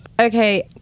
Okay